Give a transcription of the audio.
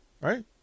right